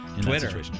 Twitter